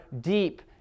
deep